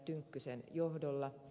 tynkkysen johdolla